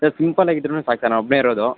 sir ಸಿಂಪಲ್ಲಾಗಿ ಇದ್ದರೂನು ಸಾಕು ಸರ್ ನಾ ಒಬ್ಬನೇ ಇರೋದು